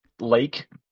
lake